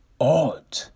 odd